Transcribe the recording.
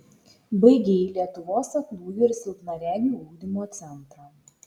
baigei lietuvos aklųjų ir silpnaregių ugdymo centrą